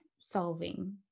solving